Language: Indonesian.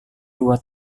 dua